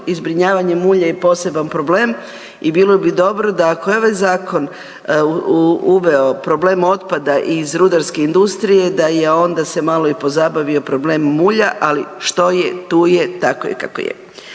i zbrinjavanje mulja je poseban problem i bilo bi dobro da ako je ovaj zakon uveo problem otpada iz rudarske industrije da je onda se malo pozabavio problemom mulja, ali što je tu tako je kako je.